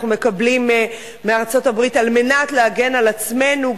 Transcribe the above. מקבלים מארצות-הברית על מנת להגן על עצמנו,